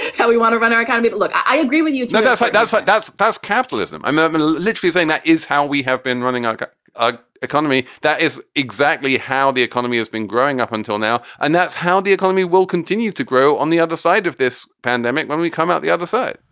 how we want to run our economy. look, i agree with you know that's that's like that's that's capitalism. i mean, literally saying that is how we have been running our ah economy. that is exactly how the economy has been growing up until now. and that's how the economy will continue to grow. on the other side of this pandemic, when we come out the other side,